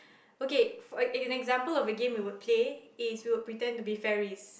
okay an example of a game that we would play is we will pretend to be fairies